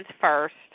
first